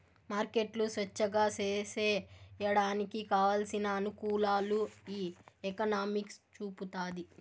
మార్కెట్లు స్వేచ్ఛగా సేసేయడానికి కావలసిన అనుకూలాలు ఈ ఎకనామిక్స్ చూపుతాది